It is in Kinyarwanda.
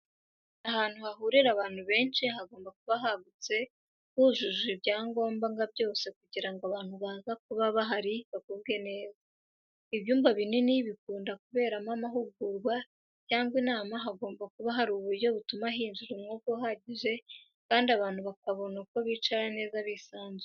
Ahantu hahurira abantu benshi hagomba kuba hagutse hujujwe ibyangombwa byose kugira ngo abantu baza kuba bahari bagubwe neza. Ibyumba binini bikumda kuberamo amahugurwa cyangwa inama hagomba kuba hari uburyo butuma hinjira umwuka uhagije kandi abantu bakabona uko bicara neza bisanzuye.